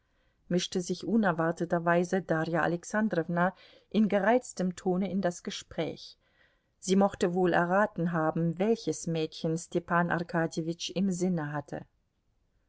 mischte sich unerwarteterweise darja alexandrowna in gereiztem tone in das gespräch sie mochte wohl erraten haben welches mädchen stepan arkadjewitsch im sinne hatte